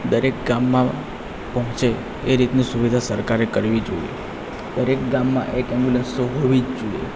દરેક ગામમાં પહોંચે એ રીતની સુવિધા સરકારે કરવી જોઈએ દરેક ગામમાં એક ઍમ્બ્યુલન્સ તો હોવી જ જોઈએ